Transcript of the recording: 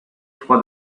for